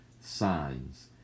signs